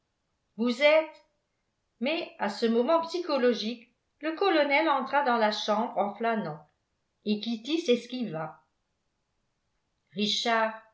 vous êtes mais à ce moment psychologique le colonel entra dans la chambre en flânant et kitty s'esquiva richard